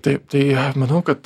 taip tai manau kad